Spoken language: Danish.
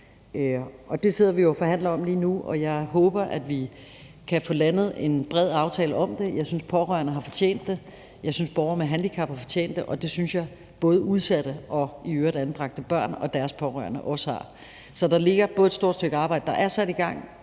Det sidder vi jo og forhandler om lige nu, og jeg håber, at vi kan få landet en bred aftale om det. Jeg synes, pårørende har fortjent det. Jeg synes, borgere med handicap har fortjent det, og det synes jeg både udsatte og i øvrigt anbragte børn og deres pårørende også har. Så der ligger både et stort stykke arbejde, der er sat i gang,